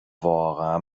واقعا